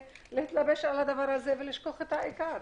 ולהתלבש על הדבר הזזה ולשכוח את העיקר.